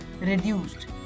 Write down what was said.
reduced